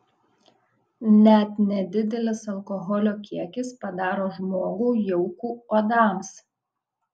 net nedidelis alkoholio kiekis padaro žmogų jauku uodams